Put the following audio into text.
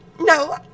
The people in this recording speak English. No